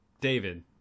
David